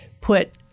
put